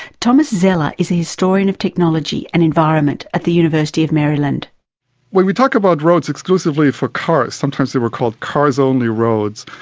thomas zeller is a historian of technology and the environment at the university of maryland. when we talk about roads exclusively for cars, sometimes they were called cars-only roads,